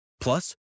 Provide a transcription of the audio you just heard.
Plus